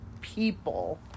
people